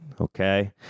Okay